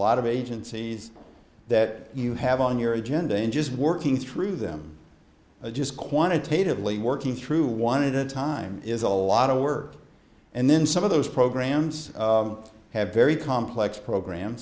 lot of agencies that you have on your agenda in just working through them just quantitatively working through one in a time is a lot of work and then some of those programs have very complex programs